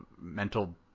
mental